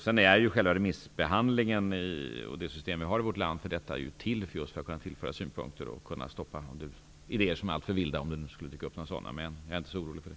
Det remissystem som vi har i detta land är ju till för att man skall kunna tillföra synpunkter och kunna stoppa idéer som är alltför vilda, om nu några sådana skulle dyka upp. Men jag är inte orolig för det.